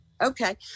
okay